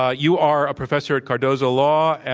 ah you are a professor of cardozo law.